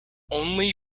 only